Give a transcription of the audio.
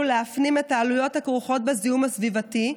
להפנים את העלויות הכרוכות בזיהום הסביבתי,